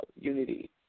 unity